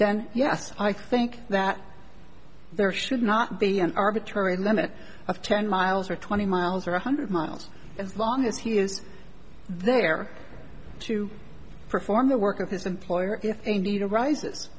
then yes i think that there should not be an arbitrary limit of ten miles or twenty miles or one hundred miles as long as he is there to perform the work of his employer if a need arises